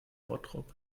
bottrop